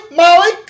molly